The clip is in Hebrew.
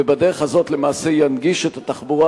ובדרך הזאת למעשה ינגיש את התחבורה